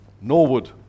Norwood